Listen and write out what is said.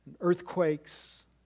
earthquakes